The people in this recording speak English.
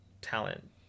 talent